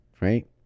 right